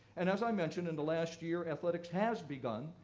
and as i mentioned, in the last year, athletics has begun,